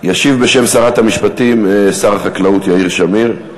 ישיב בשם שרת המשפטים שר החקלאות יאיר שמיר.